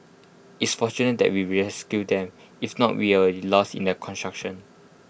it's fortunate that we rescued them if not we lost in the construction